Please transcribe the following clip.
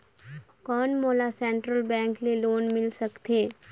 कौन मोला central bank ले लोन मिल सकथे?